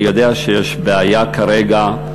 אני יודע שיש בעיה כרגע,